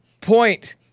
point